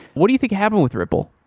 what do you think happened with ripple?